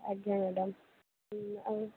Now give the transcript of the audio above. ଆଜ୍ଞା ମ୍ୟାଡ଼ାମ୍ ଆଉ